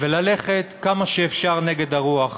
וללכת כמה שאפשר נגד הרוח.